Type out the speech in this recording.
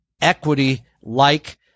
equity-like